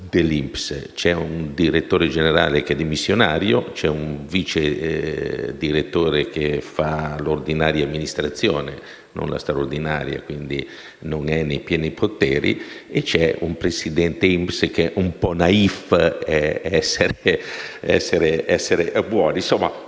C'è un direttore generale dimissionario, un vice direttore che svolge l'ordinaria amministrazione - non la straordinaria, quindi non è nei pieni poteri - e c'è un presidente dell'INPS che è un po' *naïf*, a voler essere buoni.